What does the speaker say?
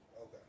Okay